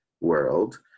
world